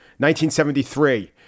1973